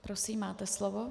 Prosím, máte slovo.